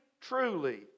truly